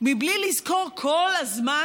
בלי לזכור כל הזמן